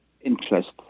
interest